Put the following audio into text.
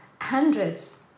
hundreds